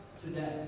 today